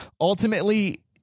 Ultimately